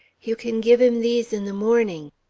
you can give him these in the morning.